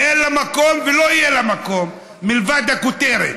ואין לה מקום ולא יהיה לה מקום מלבד הכותרת.